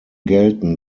gelten